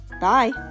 Bye